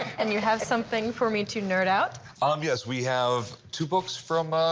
and you have something for me to nerd out? um yes, we have two books from